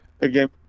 Again